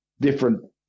different